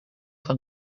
van